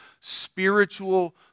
spiritual